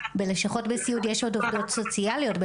בלשכות בסיעוד יש עוד עובדות סוציאליות,